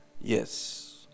Yes